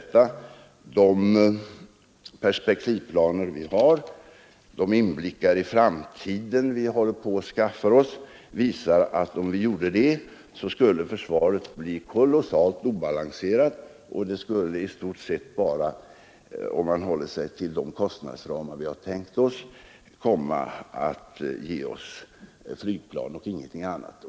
De perspektivplaner vi har, de inblickar i framtiden vi håller på att skaffa oss, visar att om vi skulle gå vidare från Viggen på det sättet skulle försvaret bli kolossalt obalanserat, och vi skulle, om man håller sig till de kostnadsramar vi har tänkt oss, komma att få flygplan och ingenting annat.